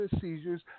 seizures